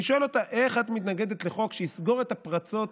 אני שואל אותה: איך את מתנגדת לחוק שיסגור את הפרצות